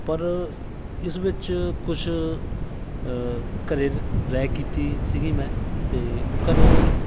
ਪਰ ਇਸ ਵਿੱਚ ਕੁਛ ਘਰ ਰਾਇ ਕੀਤੀ ਸੀਗੀ ਮੈਂ ਅਤੇ ਘਰ